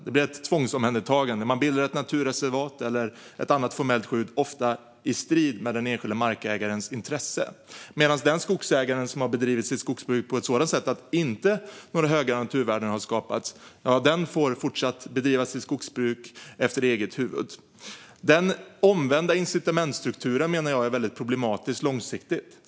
Det blir ett tvångsomhändertagande. Man bildar ett naturreservat eller ett annat formellt skydd, ofta i strid med den enskilda markägarens intresse. Men den skogsägare som har bedrivit sitt skogsbruk på ett sådant sätt att höga naturvärden inte har skapats får fortsätta att bedriva sitt skogsbruk efter eget huvud. Den omvända incitamentsstrukturen menar jag är problematisk på lång sikt.